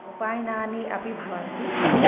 उपायनानि अपि भवन्ति